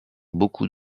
beaucoup